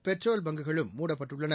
petrol bunk களும் மூடப்பட்டுள்ளன